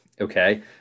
okay